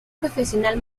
profesional